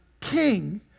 king